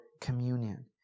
communion